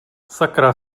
sakra